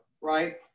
right